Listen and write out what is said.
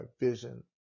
vision